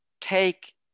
take